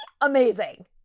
amazing